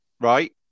Right